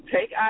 Take